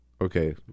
okay